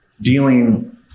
dealing